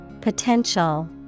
Potential